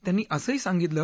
त्यांनी असंही सांगितलं